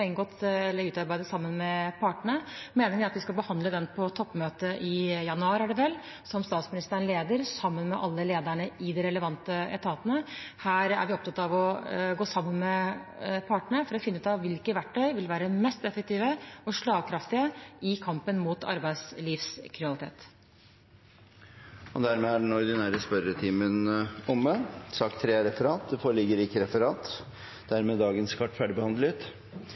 at vi skal behandle den på toppmøtet i januar – er det vel – som statsministeren leder, sammen med alle lederne i de relevante etatene. Her er vi opptatt av å gå sammen med partene for å finne ut av hvilke verktøy som vil være mest effektive og slagkraftige i kampen mot arbeidslivskriminalitet. Spørsmål 29 er besvart tidligere. Dermed er den ordinære spørretimen omme. Det foreligger ikke noe referat. Dermed er dagens kart ferdigbehandlet.